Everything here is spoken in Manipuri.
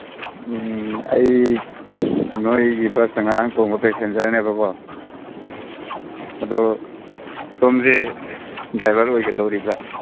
ꯎꯝ ꯑꯩ ꯅꯣꯏꯒꯤ ꯕꯁꯇ ꯉꯔꯥꯡ ꯇꯣꯡꯕ ꯄꯦꯁꯦꯟꯖꯔꯅꯦꯕꯀꯣ ꯑꯗꯨ ꯁꯣꯝꯁꯤ ꯗ꯭ꯔꯥꯏꯚꯔ ꯑꯣꯏꯒꯗꯧꯔꯤꯕ꯭ꯔꯥ